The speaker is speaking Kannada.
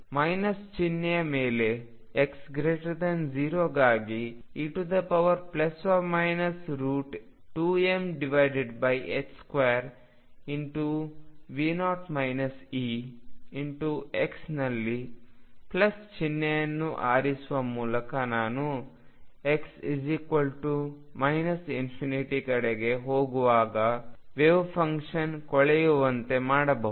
ಮೈನಸ್ ಚಿಹ್ನೆಯ ಮೇಲೆ x0 ಗಾಗಿ e2m2V0 Exನಲ್ಲಿ ಪ್ಲಸ್ ಚಿಹ್ನೆಯನ್ನು ಆರಿಸುವ ಮೂಲಕ ನಾನು x ∞ ಕಡೆಗೆ ಹೋಗುವಾಗ ವೆವ್ಫಂಕ್ಷನ್ ಕೊಳೆಯುವಂತೆ ಮಾಡಬಹುದು